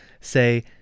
say